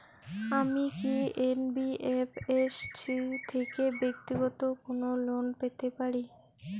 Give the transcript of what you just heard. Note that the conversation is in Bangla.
আমি কি এন.বি.এফ.এস.সি থেকে ব্যাক্তিগত কোনো লোন পেতে পারি?